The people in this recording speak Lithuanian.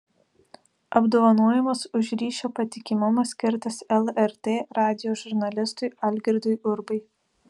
apdovanojimas už ryšio patikimumą skirtas lrt radijo žurnalistui algirdui urbai